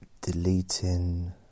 Deleting